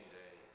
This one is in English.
day